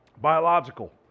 biological